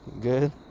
good